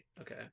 Okay